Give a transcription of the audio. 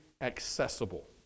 accessible